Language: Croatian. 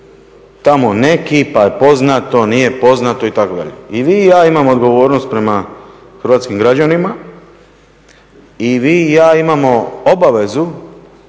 tamo neki, pa poznato, nije poznato itd. i vi i ja imamo odgovornost prema hrvatskim građanima i vi i ja imamo obavezu